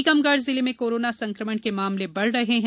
टीकमगढ़ जिले में कोरोना संक्रमण के मामले बढ़ रहे हैं